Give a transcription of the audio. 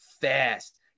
fast